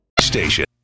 Station